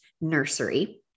nursery